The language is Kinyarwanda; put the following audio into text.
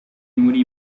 muri